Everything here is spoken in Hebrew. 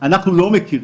אנחנו בהחלט חשבנו בעתיד,